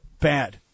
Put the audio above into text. Bad